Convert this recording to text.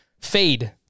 fade